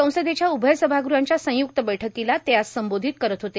संसदे या उभय सभागृहां या संयु त बैठक ला ते आज संबो धत करत होते